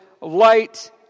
light